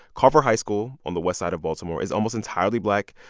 carver high school on the west side of baltimore is almost entirely black.